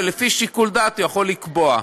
ולפי שיקול דעת הוא יכול לקבוע.